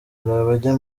abajya